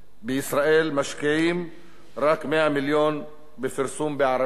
בישראל משקיעים רק 100 מיליון בפרסום בערבית,